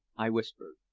i whispered.